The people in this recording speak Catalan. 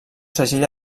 segell